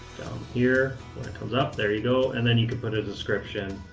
here, when it comes up. there you go. and then you can put a description,